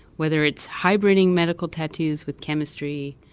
whether it's hybriding medical tattoos with chemistry,